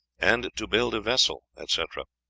and to build a vessel, etc.